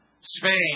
Spain